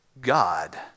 God